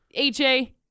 AJ